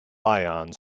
ions